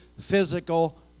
physical